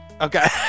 Okay